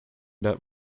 that